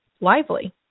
lively